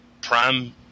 Prime